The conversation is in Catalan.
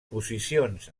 posicions